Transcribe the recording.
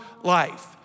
life